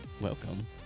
Welcome